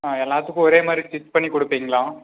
ஆ எல்லாத்துக்கும் ஒரே மாதிரி ஸ்டிச் பண்ணி கொடுப்பிங்களா